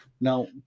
now